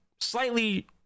slightly